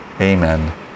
amen